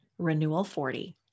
RENEWAL40